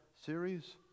series